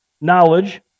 knowledge